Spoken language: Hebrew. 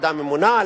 לוועדה הממונה,